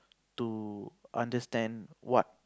to understand what